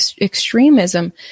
extremism